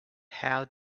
how